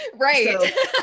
right